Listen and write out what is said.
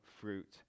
fruit